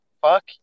Fuck